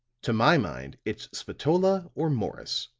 to my mind, it's spatola or morris,